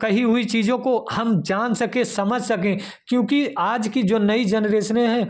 कही हुई चीज़ों को हम जान सकें समझ सकें क्योंकि आज की जो नई जनरेसनें हैं